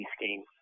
scheme